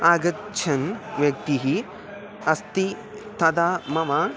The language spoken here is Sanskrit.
आगच्छन् व्यक्तिः अस्ति तदा मम